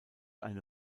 eine